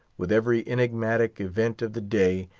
with every enigmatic event of the day,